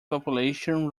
population